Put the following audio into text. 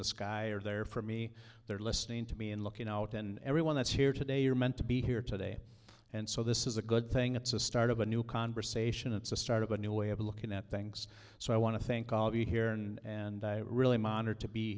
the sky are there for me they're listening to me and looking out and everyone that's here today are meant to be here today and so this is a good thing it's a start of a new conversation it's a start of a new way of looking at things so i want to thank all of you here and i really monod to be